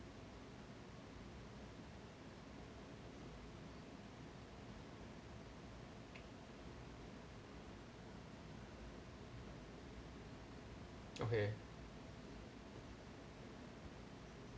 okay